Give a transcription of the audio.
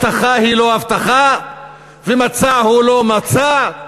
שהבטחה היא לא הבטחה, ומצע הוא לא מצע,